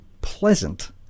pleasant